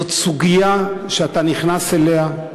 זאת סוגיה שאתה נכנס אליה,